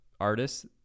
artists